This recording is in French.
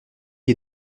est